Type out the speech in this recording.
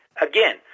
Again